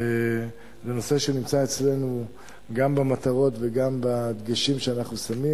נושא שנמצא אצלנו גם במטרות וגם בהדגשים שאנחנו שמים.